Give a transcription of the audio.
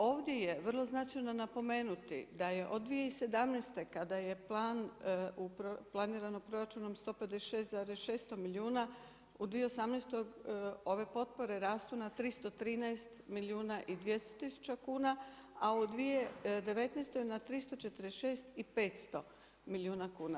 Ovdje je vrlo značajno napomenuti da je od 2017. kada je planirano proračunom 156,600 milijuna u 2018. ove potpore rastu na 313 milijuna i 200 tisuća kuna, a u 2019. na 346 i 500 milijuna kuna.